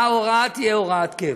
שההוראה תהיה הוראת קבע.